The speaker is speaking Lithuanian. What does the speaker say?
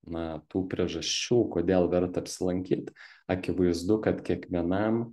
na tų priežasčių kodėl verta apsilankyti akivaizdu kad kiekvienam